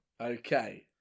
Okay